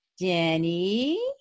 Jenny